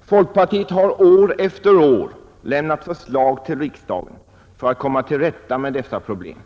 Folkpartiet har år efter år lämnat förslag till riksdagen för att komma till rätta med problemen.